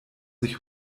sich